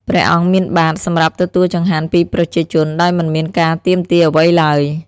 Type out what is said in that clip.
ព្រះអង្គមានបាត្រសម្រាប់ទទួលចង្ហាន់ពីប្រជាជនដោយមិនមានការទាមទារអ្វីឡើយ។